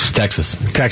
Texas